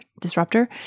Disruptor